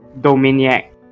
Dominic